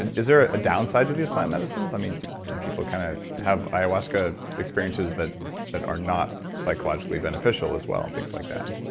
and is there a downside to these plant medicines? do some people kind of have ayahuasca experiences that that are not psychologically beneficial as well, things like that?